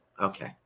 Okay